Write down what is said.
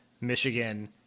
Michigan